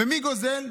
ומי גוזל?